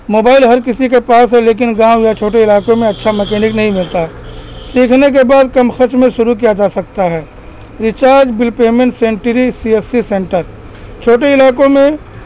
mobile ہر کسی کے پاس ہے لیکن گاؤں یا چھوٹے علاقوں میں اچھا مکینک نہیں ملتا سیکھنے کے بعد کم خرچ میں شروع کیا جا سکتا ہے ریچارج بل پیمنٹ سینٹری سی ایس سی سینٹر چھوٹے علاقوں میں